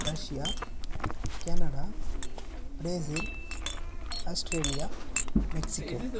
Russia Canada Brazil Australia Mexico